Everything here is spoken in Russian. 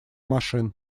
машин